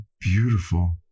beautiful